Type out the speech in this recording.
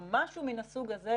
או משהו מן הסוג הזה,